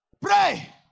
Pray